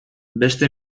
beste